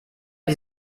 die